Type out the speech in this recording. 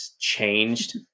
changed